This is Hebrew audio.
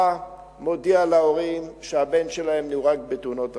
מודיע להורים שהבן שלהם נהרג בתאונת דרכים.